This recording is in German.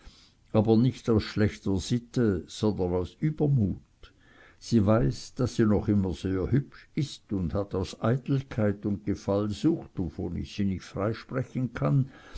aber nicht aus schlechter sitte sondern aus übermut sie weiß daß sie noch immer sehr hübsch ist und hat aus eitelkeit und gefallsucht wovon ich sie nicht freisprechen kann